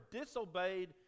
disobeyed